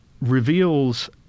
reveals